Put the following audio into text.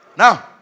Now